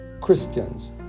Christians